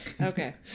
Okay